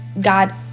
God